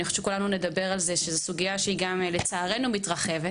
אני חושבת שחשוב שנדבר על זה שזו סוגייה שלצערנו מתרחבת,